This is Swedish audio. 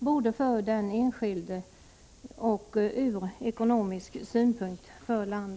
ten iSJ:s databok AA E ningssystem för bil Överläggningen var härmed avslutad.